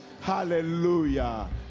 hallelujah